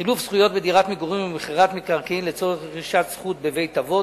חילוף זכויות בדירת מגורים ומכירת מקרקעין לצורך רכישת זכות בבית-אבות.